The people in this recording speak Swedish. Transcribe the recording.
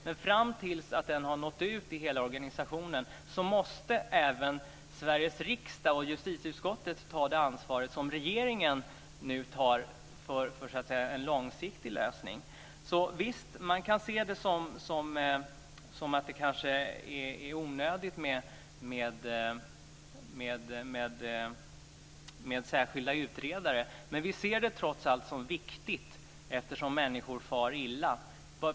Men fram till dess att den har nått ut i hela organisationen måste även Sveriges riksdag och justitieutskottet ta det ansvar som regeringen nu tar för en långsiktig lösning. Visst kan man se det som att det kanske är onödigt med särskilda utredare. Men vi ser det trots allt som viktigt, eftersom människor far illa.